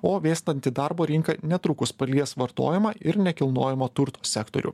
o vėstanti darbo rinka netrukus palies vartojimą ir nekilnojamo turto sektorių